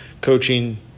coaching